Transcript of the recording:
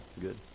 Good